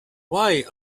why